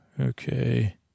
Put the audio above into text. okay